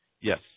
Yes